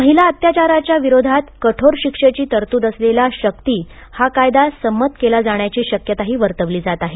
महिला अत्याचाराच्या विरोधात कठोर शिक्षेची तरतूद असलेला शक्ती हा कायदा संमत केला जाण्याची शक्यताही वर्तवली जात आहे